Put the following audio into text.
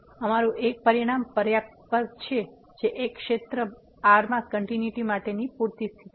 અમારું એક પરિણામ પર્યાપ્ત પર છે જે એક ક્ષેત્ર r માં કંટીન્યુટી માટેની પૂરતી સ્થિતિ છે